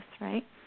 right